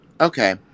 okay